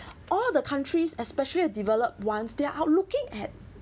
all the countries especially a develop ones they're looking at things beyond that they're looking at